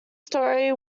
story